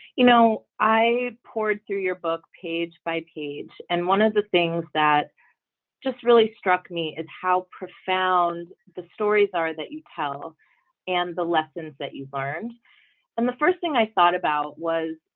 you know, i pored through your book page by page and one of the things that just really struck me is and how profound the stories are that you tell and the lessons that you learned and the first thing i thought about was,